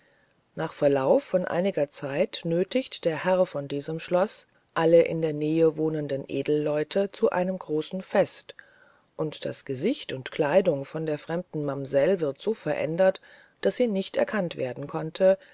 nach verlauf von einiger zeit nöthigt der herr von diesem schloß alle in der nähe wohnenden edelleute zu einem großen fest und das gesicht und kleidung von der fremden mamsell wird so verändert daß sie nicht erkannt werden konnte